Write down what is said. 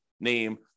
name